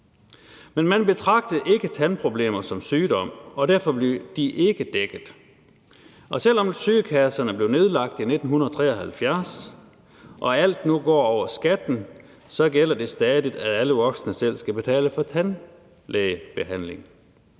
Men man betragtede ikke tandproblemer som sygdom, og derfor blev det ikke dækket. Og selv om sygekasserne blev nedlagt i 1973 og alt nu går over skatten, gælder det stadig, at alle voksne selv skal betale for tandlægebehandling.